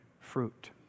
fruit